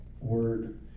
word